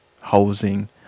housing